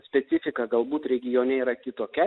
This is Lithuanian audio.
specifika galbūt regione yra kitokia